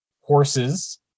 horses